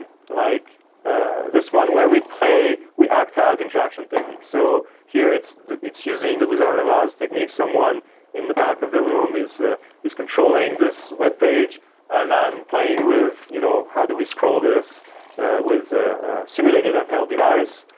like this one where we play, we act to have interaction techniques. so, here it's it's using the wizard of oz technique. someone in the back of the room is is controlling this webpage and i'm playing with, you know, how do we scroll this with simulated and held device.